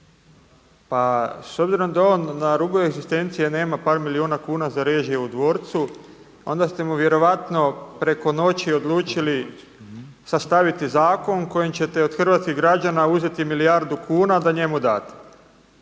Pa s obzirom da je on na rubu egzistencije, nema par milijuna kuna za režije u dvorcu, onda ste mu vjerojatno preko noći odlučili sastaviti zakon kojim ćete od hrvatskih građana uzeti milijardu kuna da njemu date.